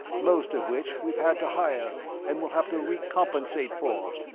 most of which we've had to hire and will have to recompensate for.